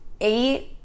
eight